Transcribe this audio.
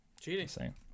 cheating